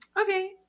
okay